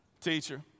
Teacher